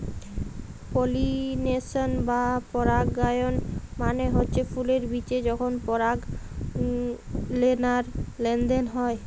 pollination বা পরাগায়ন মানে হচ্ছে ফুলের বিচে যখন পরাগলেনার লেনদেন হচ্ছে